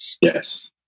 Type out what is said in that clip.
Yes